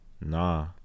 Nah